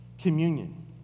communion